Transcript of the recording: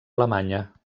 alemanya